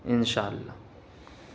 انشاء اللہ